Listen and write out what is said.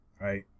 Right